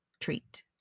treat